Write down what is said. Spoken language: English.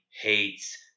hates